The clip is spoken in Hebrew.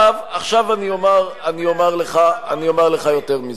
עכשיו אני אומַר לך יותר מזה,